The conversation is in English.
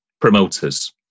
promoters